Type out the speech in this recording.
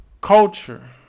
Culture